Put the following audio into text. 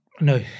no